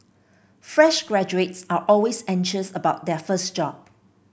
fresh graduates are always anxious about their first job